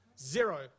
zero